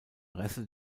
reste